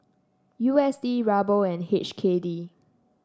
U S D Ruble and H K D